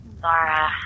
Zara